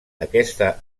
aquesta